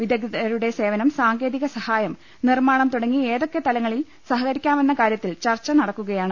വിദഗ്ധരുടെ സേവനം സാങ്കേതിക സഹായം നിർമാണം തുടങ്ങി ഏതൊക്കെ തലങ്ങളിൽ സഹകരിക്കാമെന്ന കാര്യ ത്തിൽ ചർച്ച നടക്കുകയാണ്